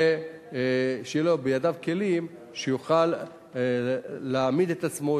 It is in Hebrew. שיהיו בידיו כלים שיוכל להעמיד את עצמו,